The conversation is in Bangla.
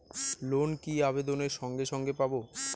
লোন কি আবেদনের সঙ্গে সঙ্গে পাব?